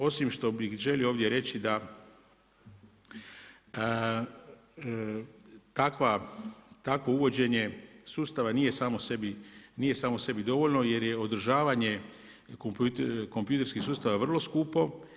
Osim što bih želio ovdje reći da takvo uvođenje sustava nije samo sebi dovoljno jer je održavanje kompjutorskih sustava vrlo skupo.